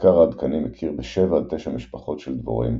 המחקר העדכני מכיר בשבע עד תשע משפחות של דבורים,